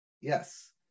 Yes